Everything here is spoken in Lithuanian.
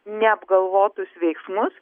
neapgalvotus veiksmus